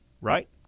right